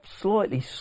slightly